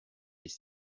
les